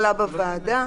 העובדים,